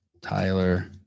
Tyler